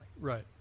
Right